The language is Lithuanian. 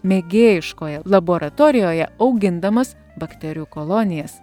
mėgėjiškoje laboratorijoje augindamas bakterijų kolonijas